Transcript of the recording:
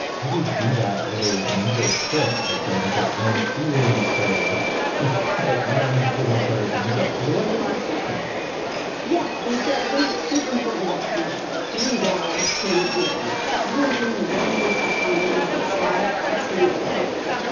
how do you do that little mental trick of saying, okay, i'm feeling sorrow but no, i'm not feeling sorry for myself? because a lot of people get stuck there yeah. and so i think it's super important to recognize feeling bad can be healing. if you're grieving, you're going through tough times and you feel sad, absolutely healthy.